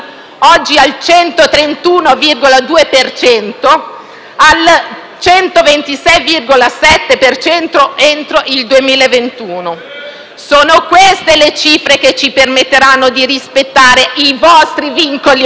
dal Gruppo PD).* Sono queste le cifre che ci permetteranno di rispettare i vostri vincoli europei e, al contempo, di garantire una qualità di vita